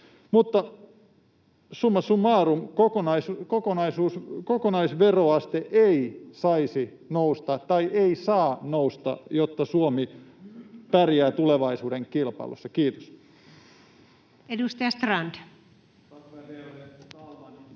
Mutta summa summarum: kokonaisveroaste ei saa nousta, jotta Suomi pärjää tulevaisuuden kilpailussa. — Kiitos. Edustaja Strand.